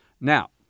Now